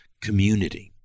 community